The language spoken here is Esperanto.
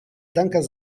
dankas